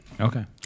Okay